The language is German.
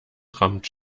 rammt